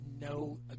no